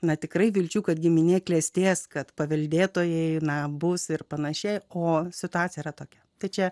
bet tikrai vilčių kad giminė klestės kad paveldėtojai na bus ir pan o situacija yra tokia tačiau